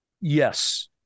yes